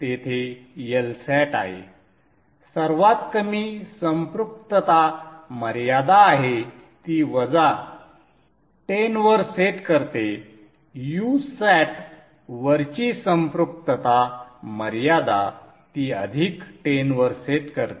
तेथे Lsat आहे सर्वात कमी संपृक्तता मर्यादा आहे ती वजा10 वर सेट करते Usat वरची संपृक्तता मर्यादा ती अधिक 10 वर सेट करते